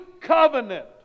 covenant